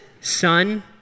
son